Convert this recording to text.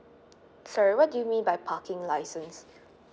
sorry what do you mean by parking license